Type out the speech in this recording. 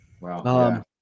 Wow